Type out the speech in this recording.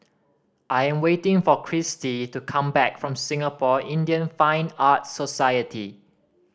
I am waiting for Christie to come back from Singapore Indian Fine Arts Society